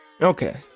okay